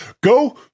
Go